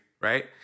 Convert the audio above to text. right